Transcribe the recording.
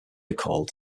recalled